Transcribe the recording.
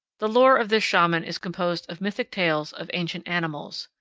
the lore of this shaman is composed of mythic tales of ancient animals.